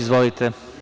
Izvolite.